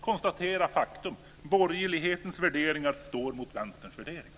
Konstatera faktum: Borgerlighetens värderingar står mot vänsterns värderingar.